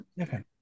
Okay